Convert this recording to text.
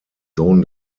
sohn